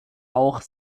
auch